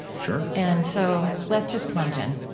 sure and so let's just plunge in.